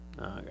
Okay